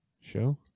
Show